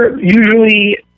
usually